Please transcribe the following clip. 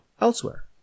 elsewhere